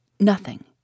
Nothing